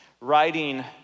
writing